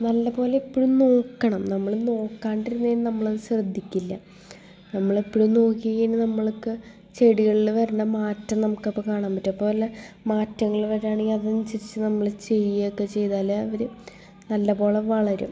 നല്ലപോലെ എപ്പോഴും നോക്കണം നമ്മൾ നോക്കാണ്ടിരുന്നുകഴിഞ്ഞാൽ നമ്മളത് ശ്രദ്ധിക്കില്ല നമ്മളെപ്പോഴും നോക്കികഴിഞ്ഞാൽ നമ്മൾക്ക് ചെടികളിൽ വരണ മാറ്റം നമുക്കപ്പം കാണാൻ പറ്റും അപ്പോൾ വല്ല മാറ്റങ്ങൾ വരുകയാണെങ്കിൽ അതനുസരിച്ച് നമ്മൾ ചെയ്യുകയൊക്കെ ചെയ്താൽ അവർ നല്ലപോലെ വളരും